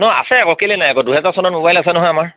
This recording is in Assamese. নহয় আছে আকৌ কেলে নাই দুহেজাৰ চনৰ ম'বাইল আছে নহয় আমাৰ